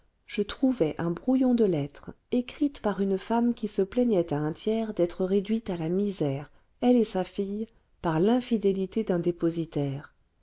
je trouvai un brouillon de lettre écrite par une femme qui se plaignait à un tiers d'être réduite à la misère elle et sa fille par l'infidélité d'un dépositaire